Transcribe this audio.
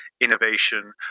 innovation